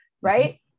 right